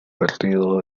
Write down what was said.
perdido